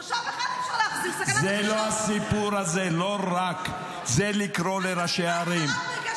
אנחנו יכולים להחזיר תושב אחד לצפון בלי לשלוט ב-15 ק"מ בדרום לבנון?